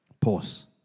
pause